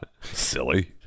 silly